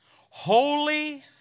Holy